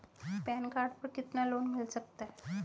Pan card पर कितना loan मिल सकता है?